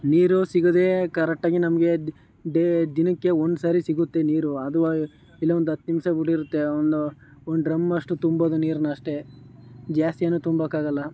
ನೀರು ಸಿಗೋದೇ ಕರೆಟ್ಟಾಗಿ ನಮಗೆ ಡೇ ದಿನಕ್ಕೆ ಒಂದ್ಸರಿ ಸಿಗುತ್ತೆ ನೀರು ಅದು ಎಲ್ಲೋ ಒಂದು ಹತ್ತು ನಿಮಿಷ ಬಿಟ್ಟಿರುತ್ತೆ ಒಂದು ಒಂದು ಡ್ರಮ್ ಅಷ್ಟು ತುಂಬೋದು ನೀರನ್ನು ಅಷ್ಟೇ ಜಾಸ್ತಿ ಏನು ತುಂಬೋಕ್ಕಾಗಲ್ಲ